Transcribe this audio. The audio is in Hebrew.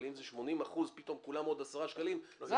אבל אם זה 80% פתאום כולם עוד 10 שקלים --- לא,